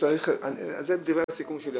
זה בדברי הסיכום שלי,